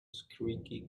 squeaky